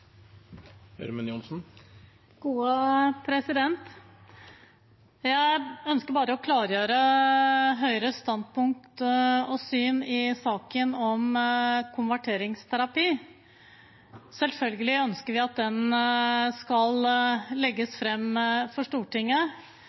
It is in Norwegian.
Jeg ønsker bare å klargjøre Høyres standpunkt og syn i saken om konverteringsterapi. Selvfølgelig ønsker vi at den skal legges frem for Stortinget,